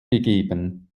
gegeben